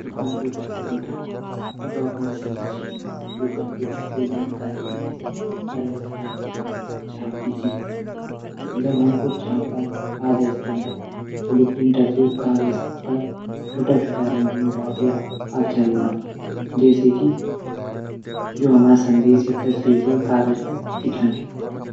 जू computer printer हूंदू। यू एक मसीन च कम्पूटर से जानकारी लींदी। वेथे कागज पर छाप दींदी च। जब हम कुछ छापडां आदेश दिंदा। यू प्रिंटर च कागज पर छुटा छुटा रंगीन डॉट या अक्षर बणौदू। जैसे की जू हमर संदेश या तस्वीर च वा कागज पर दिखैंदी।